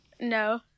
No